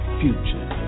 future